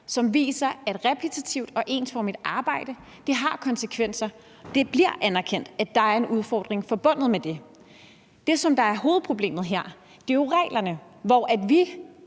som viser, at repetitivt og ensformigt arbejde har konsekvenser. Det bliver anerkendt, at der er en udfordring forbundet med det. Det, som er hovedproblemet her, er jo reglerne, hvor vi